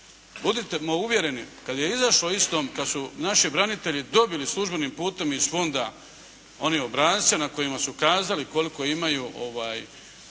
Budimo uvjereni kad je izašlo istom kad su naši branitelji dobili službenim putem iz fonda one obrasce na kojima su kazali koliko imaju bodovnu